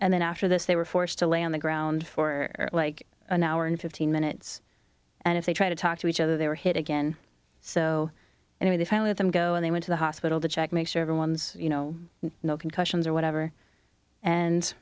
and then after this they were forced to lay on the ground for like an hour and fifteen minutes and if they try to talk to each other they were hit again so anyway they finally at them go and they went to the hospital to check make sure everyone's you know no concussions or whatever and